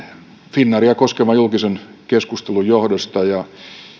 finnairia koskevan julkisen keskustelun johdosta ja